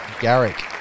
Garrick